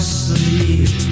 sleep